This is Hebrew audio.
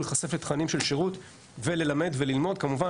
להיחשף לתכנים של שירות וללמד וללמוד כמובן,